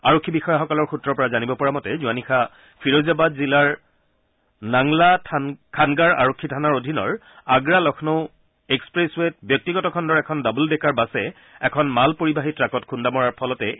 আৰক্ষী বিষয়াসকলৰ সূত্ৰৰ পৰা জানিব পৰা মতে যোৱা নিশা ফিৰোজাবাদা জিলাৰ নাংলা খানগাৰ আৰক্ষী থানাৰ অধীনৰ আগ্ৰা লক্ষ্ণৌ এক্সপ্ৰেছৰেত ব্যক্তিগত খণ্ডৰ এখন ডাবল ডেকাৰ বাছে এখন মাল পৰিবাহী ট্ৰাকত খুন্দা মৰাৰ ফলতে এই অঘটনটো ঘটে